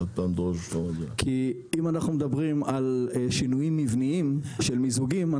כי אם אנחנו מדברים על שינויים מבניים של מיזוגים,